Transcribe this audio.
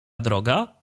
droga